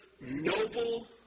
noble